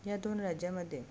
या दोन राज्यामध्ये